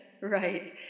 Right